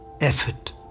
effort